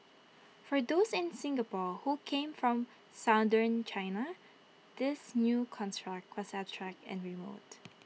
for those in Singapore who came from southern China this new construct was abstract and remote